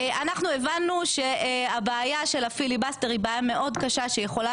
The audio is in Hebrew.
אנחנו הבנו שהבעיה של הפיליבסטר היא בעיה מאוד קשה שיכולה